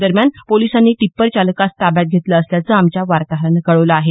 दरम्यान पोलिसांनी टिप्पर चालकास ताब्यात घेतलं असल्याचं आमच्या वार्ताहरानं कळवलं आहे